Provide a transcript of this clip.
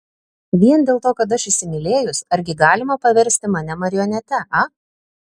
vien dėl to kad aš įsimylėjus argi galima paversti mane marionete a